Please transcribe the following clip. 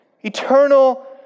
eternal